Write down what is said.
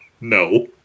no